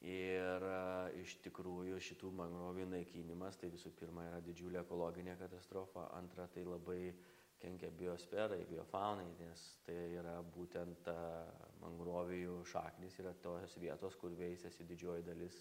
ir a iš tikrųjų šitų mangrovių naikinimas tai visų pirma yra didžiulė ekologinė katastrofa antra tai labai kenkia biosferai biofaunai nes tai yra būtent ta mangrovijų šaknys yra tos vietos kur veisiasi didžioji dalis